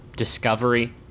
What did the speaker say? discovery